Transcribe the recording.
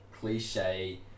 cliche